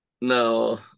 No